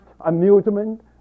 amusement